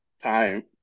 time